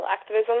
activism